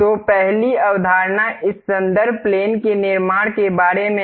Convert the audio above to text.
तो पहली अवधारणा इस संदर्भ प्लेन के निर्माण के बारे में है